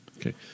Okay